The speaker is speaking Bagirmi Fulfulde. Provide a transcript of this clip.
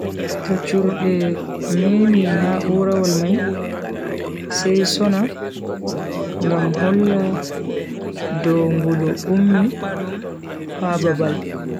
To churde memi na'urawol mai sai sona ngam holla dow ngulu ummi ha babal.